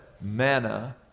manna